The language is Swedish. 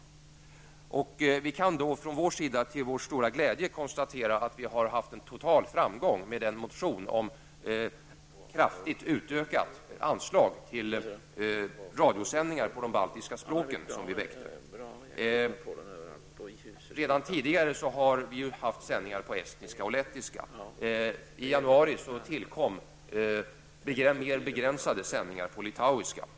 Vi kan då från vår sida till vår stora glädje konstatera att vi har haft en total framgång med den motion som vi väckte om kraftigt utökade anslag till radiosändningar på de baltiska språken. Redan tidigare har det förekommit sändningar på estniska och lettiska, och i januari tillkom mer begränsade sändningar på litauiska.